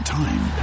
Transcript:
time